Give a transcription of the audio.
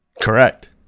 Correct